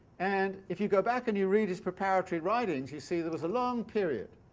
and if you go back and you read his preparatory writings, you see there was a long period,